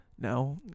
no